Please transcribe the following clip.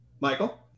Michael